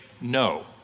no